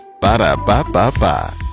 Ba-da-ba-ba-ba